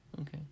Okay